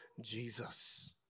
Jesus